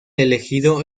elegido